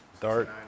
Dart